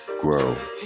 grow